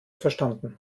verstanden